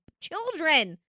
children